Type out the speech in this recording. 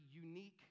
unique